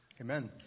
Amen